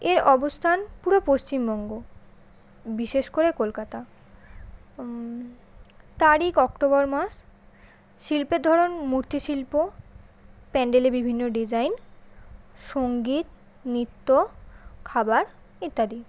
এর অবস্থান পুরো পশ্চিমবঙ্গ বিশেষ করে কলকাতা তারিখ অক্টোবর মাস শিল্পের ধরন মূর্তি শিল্প প্যান্ডেলে বিভিন্ন ডিজাইন সঙ্গীত নৃত্য খাবার ইত্যাদি